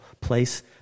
place